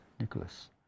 Nicholas